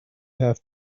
have